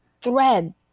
thread